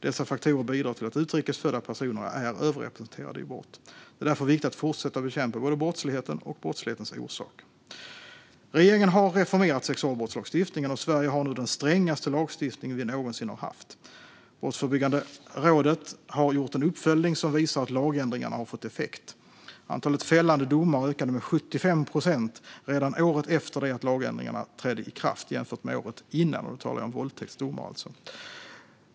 Dessa faktorer bidrar till att utrikes födda personer är överrepresenterade i brott. Det är därför viktigt att fortsätta bekämpa både brottsligheten och brottslighetens orsaker. Regeringen har reformerat sexualbrottslagstiftningen, och Sverige har nu den strängaste lagstiftningen vi någonsin har haft. Brottsförebyggande rådet har gjort en uppföljning som visar att lagändringarna har fått effekt. Antalet fällande domar ökade med 75 procent redan året efter det att lagändringarna trädde i kraft, jämfört med året innan. Då talar jag alltså om våldtäktsdomar.